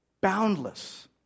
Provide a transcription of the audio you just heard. Boundless